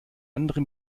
andere